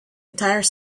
entire